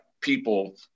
people